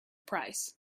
price